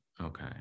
Okay